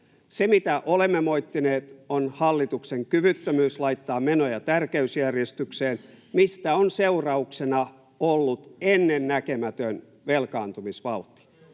Se, mitä olemme moittineet, on hallituksen kyvyttömyys laittaa menoja tärkeysjärjestykseen, mistä on seurauksena ollut ennennäkemätön velkaantumisvauhti.